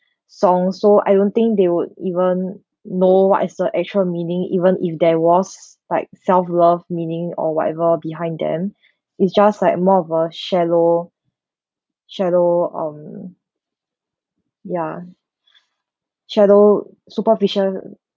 song so I don't think they would even know what is the actual meaning even if there was like self-love meaning or whatever behind them it's just like more of a shallow shallow um ya shallow superficial